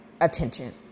attention